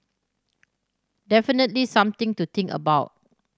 definitely something to think about